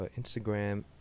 Instagram